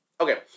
Okay